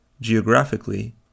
Geographically